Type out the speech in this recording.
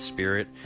Spirit